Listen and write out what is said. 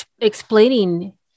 explaining